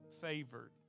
favored